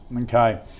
Okay